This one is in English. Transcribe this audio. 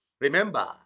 Remember